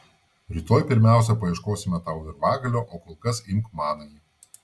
rytoj pirmiausia paieškosime tau virvagalio o kol kas imk manąjį